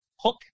hook